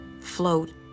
float